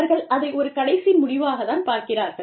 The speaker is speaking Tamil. அவர்கள் அதை ஒரு கடைசி முடிவாக தான் பார்க்கிறார்கள்